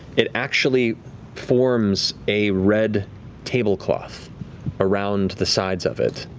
it actually forms a red tablecloth around the sides of it,